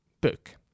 book